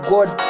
God